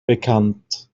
bekannt